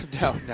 no